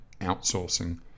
Outsourcing